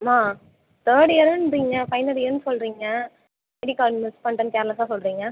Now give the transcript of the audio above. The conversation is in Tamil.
மா தேர்ட் இயருங்றிங்க ஃபைனல் இயர்னு சொல்கிறிங்க ஐடி கார்ட் மிஸ் பண்ணிட்டேனு கேர்லெஸ்ஸாக சொல்கிறிங்க